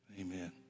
Amen